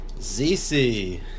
ZC